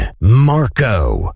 Marco